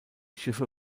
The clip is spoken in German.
schiffe